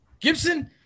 Gibson